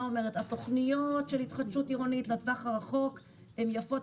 התוכניות של התחדשות עירונית לטווח הרחוק הן יפות,